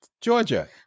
Georgia